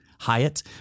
Hyatt